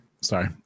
sorry